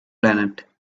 planet